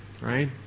right